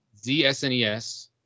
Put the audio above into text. ZSNES